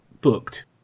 booked